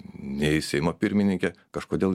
nei seimo pirmininkė kažkodėl